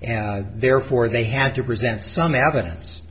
and therefore they had to present some evidence